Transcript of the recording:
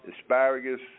asparagus